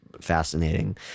fascinating